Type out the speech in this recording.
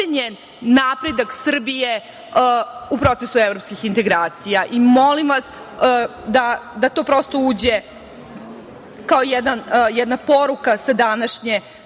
napredak Srbije u procesu evropskih integracija i molim vas da to prosto uđe kao jedna poruka sa današnje